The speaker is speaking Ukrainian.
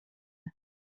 нас